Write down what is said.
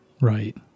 Right